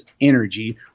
energy